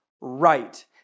right